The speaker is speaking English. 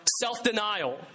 self-denial